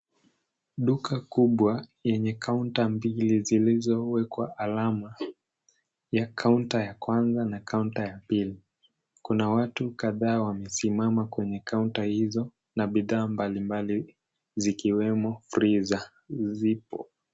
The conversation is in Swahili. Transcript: Duka kubwa yenye counter mbili zilizowekwa alama ya counter ya kanza na counter ya pili. Kuna watu kadhaa wamesimama kwenye counter hizo na bidhaa mbalimbali zikiwemo freezer zipo.